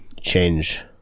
change